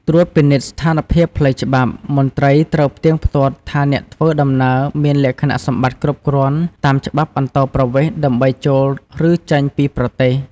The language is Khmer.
ត្រួតពិនិត្យស្ថានភាពផ្លូវច្បាប់ មន្ត្រីត្រូវផ្ទៀងផ្ទាត់ថាអ្នកធ្វើដំណើរមានលក្ខណៈសម្បត្តិគ្រប់គ្រាន់តាមច្បាប់អន្តោប្រវេសន៍ដើម្បីចូល ឬចេញពីប្រទេស។